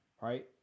Right